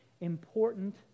important